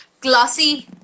glossy